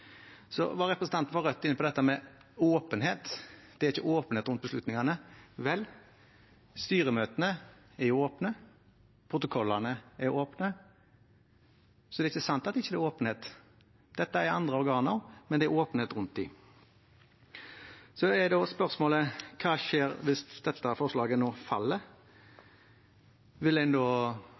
Så det er ikke sant at det ikke er åpenhet. Dette er andre organer, men det er åpenhet rundt dem. Så er spørsmålet: Hva skjer hvis dette forslaget nå faller? Vil Senterpartiet da forholde seg til de lokale ordførerne, eller vil de fortsette som nå og si at de vet best? Representanten Lundteigen var inne på at dette var en